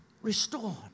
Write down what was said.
Restored